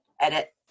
edit